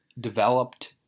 developed